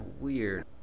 weird